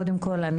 קודם כל,